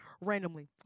randomly